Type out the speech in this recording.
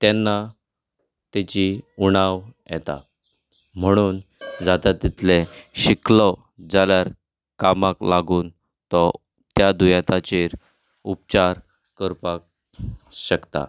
तेन्ना तेची उणाव येता म्हणून जाता तितलें शिकलो जाल्यार कामाक लागून तो त्या दुयेंताचेर उपचार करपाक शकता